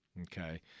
Okay